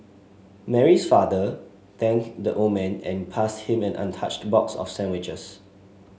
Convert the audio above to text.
Mary's father thanked the old man and passed him an untouched box of sandwiches